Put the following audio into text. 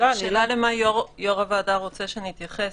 השאלה למה יושב-ראש הוועדה רוצה שאני אתייחס.